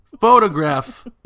photograph